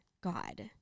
God